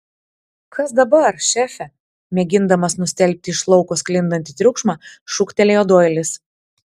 kas dabar šefe mėgindamas nustelbti iš lauko sklindantį triukšmą šūktelėjo doilis